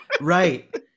right